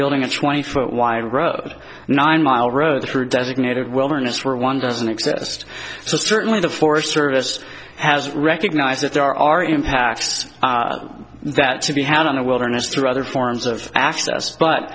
building a twenty foot wide road nine mile road through designated wilderness where one doesn't exist so certainly the forest service has recognized that there are impacts that to be had on the wilderness through other forms of access but